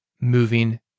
moving